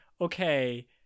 okay